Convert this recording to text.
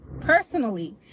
personally